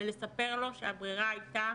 ולספר לו שהברירה הייתה